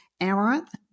amaranth